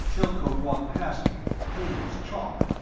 chilcote walked past me, pale as chalk.